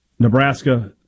Nebraska